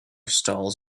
stalls